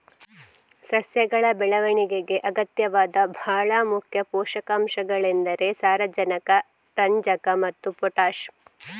ಸಸ್ಯಗಳ ಬೆಳವಣಿಗೆಗೆ ಅಗತ್ಯವಾದ ಭಾಳ ಮುಖ್ಯ ಪೋಷಕಾಂಶಗಳೆಂದರೆ ಸಾರಜನಕ, ರಂಜಕ ಮತ್ತೆ ಪೊಟಾಷ್